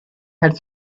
had